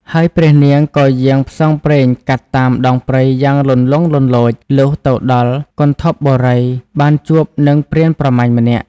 ហើយព្រះនាងក៏យាងផ្សងព្រេងកាត់តាមដងព្រៃយ៉ាងលន្លង់លន្លោច លុះទៅដល់គន្ធពបូរី បានជួបនឹងព្រានប្រមាញ់ម្នាក់។